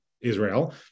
Israel